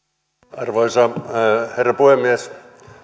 arvoisa herra puhemies